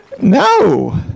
No